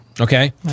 Okay